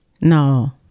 No